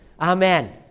Amen